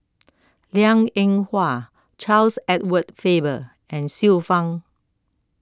Liang Eng Hwa Charles Edward Faber and Xiu Fang